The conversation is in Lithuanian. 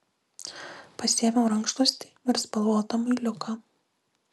pasiėmiau rankšluostį ir spalvotą muiliuką